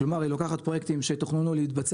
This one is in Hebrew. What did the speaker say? כלומר היא לוקחת פרויקטים שתוכננו להתבצע